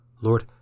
Lord